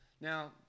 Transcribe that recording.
Now